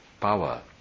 power